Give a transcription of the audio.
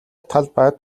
талбайд